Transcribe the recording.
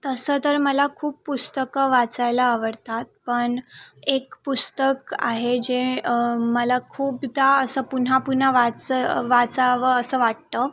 तसं तर मला खूप पुस्तकं वाचायला आवडतात पण एक पुस्तक आहे जे मला खूपदा असं पुन्हा पुन्हा वाचं वाचावं असं वाटतं